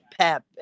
Pep